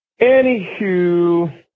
Anywho